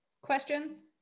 Questions